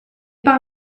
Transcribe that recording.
par